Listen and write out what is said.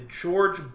George